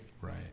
right